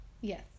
yes